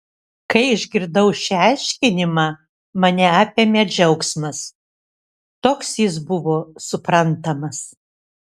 kai išgirdau šį aiškinimą mane apėmė džiaugsmas toks jis buvo suprantamas